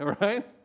right